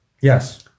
Yes